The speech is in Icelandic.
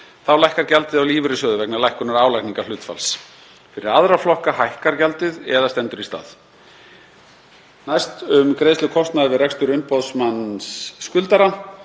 Þá lækkar gjaldið á lífeyrissjóði vegna lækkunar álagningarhlutfalls. Fyrir aðra flokka hækkar gjaldið eða stendur í stað. Næst um greiðslu kostnaðar við rekstur umboðsmanns skuldara.